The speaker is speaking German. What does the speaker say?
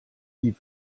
die